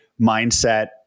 mindset